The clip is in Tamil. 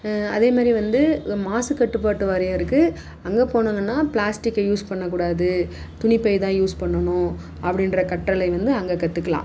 அதே மாதிரி வந்து மாசு கட்டுப்பாட்டு வாரியம் இருக்குது அங்கே போனாங்கனா பிளாஸ்ட்டிக்கை யூஸ் பண்ண கூடாது துணி பை தான் யூஸ் பண்ணணும் அப்படின்ற கற்றலை வந்து அங்க கற்றுக்கலாம்